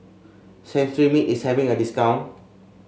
Cetrimide is having a discount